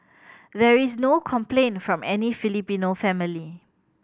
there is no complaint from any Filipino family